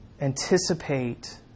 anticipate